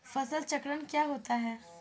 फसल चक्रण क्या होता है?